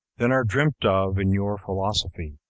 than are dreamt of in your philosophy.